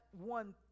one